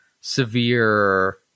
severe